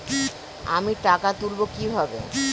আমি টাকা তুলবো কি ভাবে?